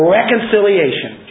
Reconciliation